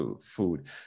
food